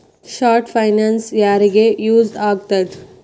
short finance ಯಾರಿಗ use ಆಗತ್ತಾ